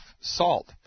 salt